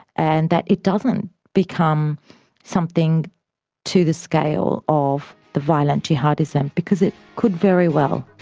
and that it doesn't become something to the scale of the violent jihadism, because it could very well.